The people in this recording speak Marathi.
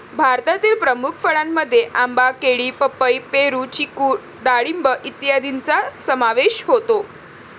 भारतातील प्रमुख फळांमध्ये आंबा, केळी, पपई, पेरू, चिकू डाळिंब इत्यादींचा समावेश होतो